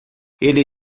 ele